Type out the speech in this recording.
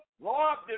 Lord